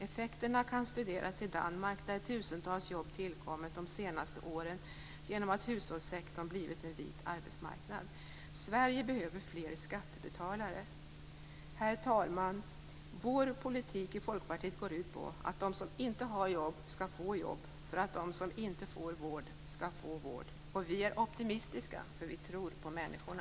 Effekterna kan studeras i Danmark, där tusentals jobb tillkommit de senaste åren genom att hushållssektorn blivit en vit arbetsmarknad. Sverige behöver fler skattebetalare. Herr talman! Folkpartiets politik går ut på att de som inte har jobb skall få jobb för att de som inte får vård skall få vård. Vi är optimistiska, för vi tror på människorna!